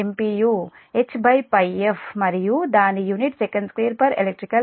HΠf మరియు దాని unit sec2elect radian